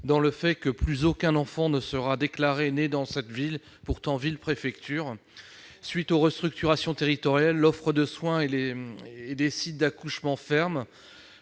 dans le fait que plus aucun enfant ne sera déclaré né dans cette ville, qui est pourtant une préfecture. À la suite des restructurations territoriales de l'offre de soin, des sites d'accouchements ferment.